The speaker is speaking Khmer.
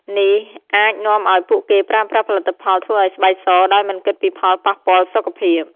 នេះអាចនាំឲ្យពួកគេប្រើប្រាស់ផលិតផលធ្វើឲ្យស្បែកសដោយមិនគិតពីផលប៉ះពាល់សុខភាព។